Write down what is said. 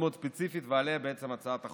מאוד ספציפית ועליה בעצם הצעת החוק.